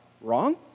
wrong